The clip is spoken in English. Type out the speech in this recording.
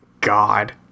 God